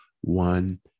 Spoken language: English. one